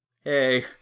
hey